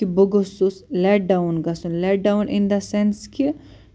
کہِ بہٕ گوٚژھُس لٮ۪ٹ ڈاوُن گَژھُن let down in the sense کہِ